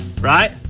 Right